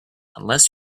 unless